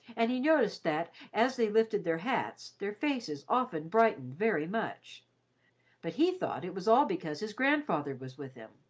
and he noticed that as they lifted their hats their faces often brightened very much but he thought it was all because his grandfather was with him.